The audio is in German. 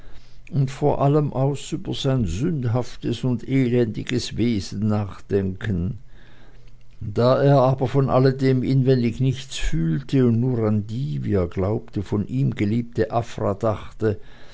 und vor allem aus über sein sündhaftes und elendiges wesen nachdenken da er aber von alledem inwendig nichts fühlte und nur an die wie er glaubte von ihm geliebte afra dachte